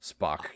Spock